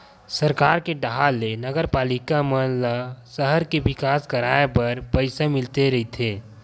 सरकार के डाहर ले नगरपालिका मन ल सहर के बिकास कराय बर पइसा मिलते रहिथे